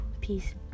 peace